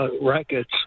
rackets